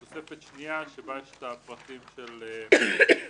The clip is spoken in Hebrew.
בתוספת השנייה יש פרטים של הכרטיס.